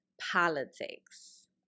Politics